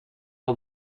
wel